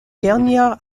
dernière